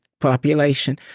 population